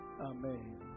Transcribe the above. Amen